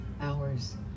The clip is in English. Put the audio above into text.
hours